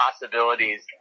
possibilities